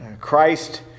Christ